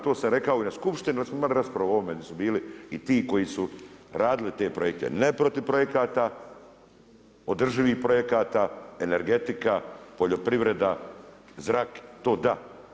To sam rekao i na skupštini da smo imali raspravu o ovome gdje su bili i ti koji su radili te projekte ne protiv projekata, održivih projekata, energetika, poljoprivreda, zrak to da.